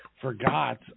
forgot